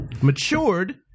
matured